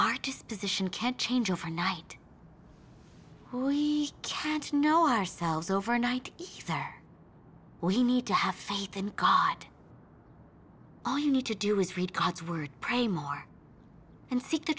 artist position can't change overnight who we can't know ourselves overnight either we need to have faith in god all you need to do is read god's word pray more and seek the